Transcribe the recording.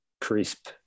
crisp